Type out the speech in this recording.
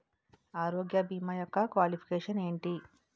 ఆరోగ్య భీమా యెక్క క్వాలిఫికేషన్ ఎంటి?